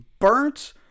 burnt